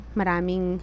maraming